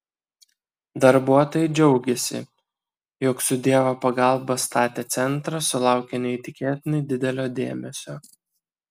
darbuotojai džiaugėsi jog su dievo pagalba statę centrą sulaukia neįtikėtinai didelio dėmesio